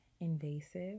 invasive